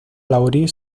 laurie